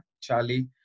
Charlie